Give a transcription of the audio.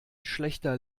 schlechter